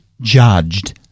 judged